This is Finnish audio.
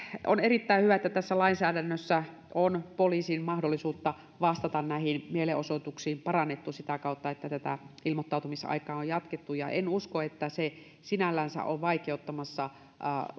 on erittäin hyvä että tässä lainsäädännössä on poliisin mahdollisuutta vastata mielenosoituksiin parannettu sitä kautta että tätä ilmoittautumisaikaa on jatkettu en usko että se sinällänsä on vaikeuttamassa